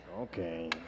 Okay